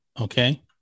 Okay